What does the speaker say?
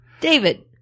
David